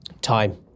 Time